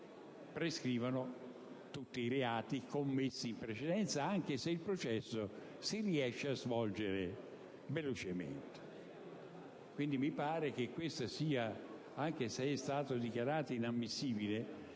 prescrivono tutti i reati commessi in precedenza, anche se il processo si riesce a svolgere velocemente. Pertanto, sebbene sia stato dichiarato inammissibile,